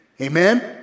Amen